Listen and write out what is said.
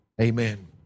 amen